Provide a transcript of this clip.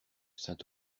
saint